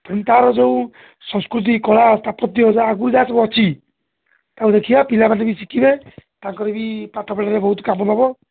ତା'ର ଯେଉଁ ସଂସ୍କୃତି କଳା ସ୍ଥାପତ୍ୟ ଯା ଆଗକୁ ଯାହା ସବୁ ଅଛି ତାକୁ ଦେଖିବା ପିଲାମାନେ ବି ଶିଖିବେ ତାଙ୍କର ବି ପାଠ ପଢ଼ାରେ ବହୁତ କାମ ନବ